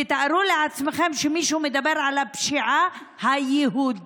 תתארו לעצמכם שמישהו מדבר על ה"פשיעה היהודית".